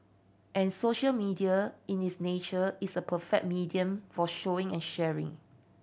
and social media in its nature is a perfect medium for showing and sharing